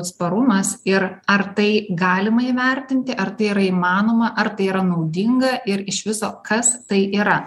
atsparumas ir ar tai galima įvertinti ar tai yra įmanoma ar tai yra naudinga ir iš viso kas tai yra